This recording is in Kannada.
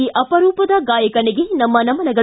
ಈ ಅಪರೂಪದ ಗಾಯಕನಿಗೆ ನಮ್ಮ ನಮನಗಳು